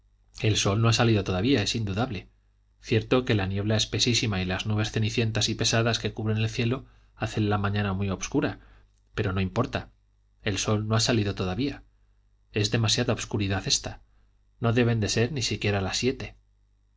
el sol no ha salido todavía es indudable cierto que la niebla espesísima y las nubes cenicientas y pesadas que cubren el cielo hacen la mañana muy obscura pero no importa el sol no ha salido todavía es demasiada obscuridad esta no deben de ser ni siquiera las siete